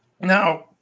Now